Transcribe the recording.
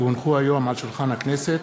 כי הונחו היום על שולחן הכנסת,